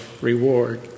reward